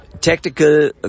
Technical